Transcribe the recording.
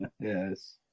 Yes